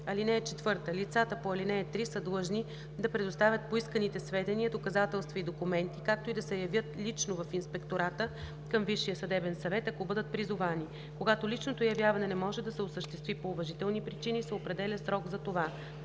ал. 4 и 5: „(4) Лицата по ал. 3 са длъжни да предоставят поисканите сведения, доказателства и документи, както и да се явят лично в Инспектората към Висшия съдебен съвет, ако бъдат призовани. Когато личното явяване не може да се осъществи по уважителни причини, се определя срок за това.